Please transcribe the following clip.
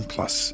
Plus